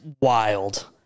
wild